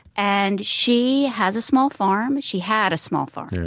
and she has a small farm, she had a small farmer.